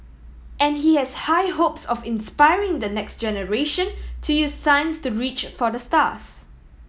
and he has high hopes of inspiring the next generation to use science to reach for the stars